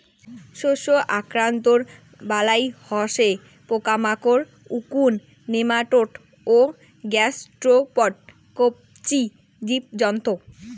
শস্য আক্রান্তর বালাই হসে পোকামাকড়, উকুন, নেমাটোড ও গ্যাসস্ট্রোপড কবচী জীবজন্তু